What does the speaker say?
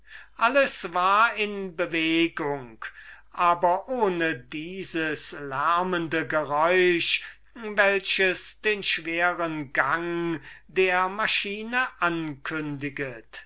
alles war in bewegung aber ohne dieses lärmende geräusch welches den schweren gang der maschine ankündiget